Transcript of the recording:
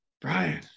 Brian